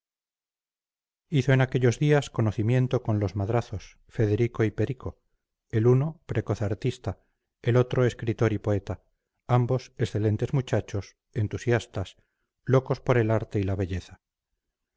hizo en aquellos días conocimiento con los madrazos federico y perico el uno precoz artista el otro escritor y poeta ambos excelentes muchachos entusiastas locos por el arte y la belleza